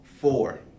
four